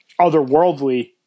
otherworldly